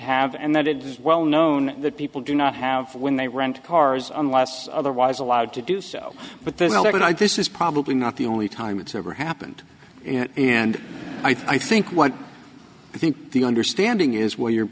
have and that it is well known that people do not have when they rent cars unless otherwise allowed to do so but then i dis is probably not the only time it's ever happened and i think what i think the understanding is where you're